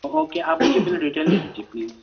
okay آپ مجھے bill detail دے دیجیے پلیز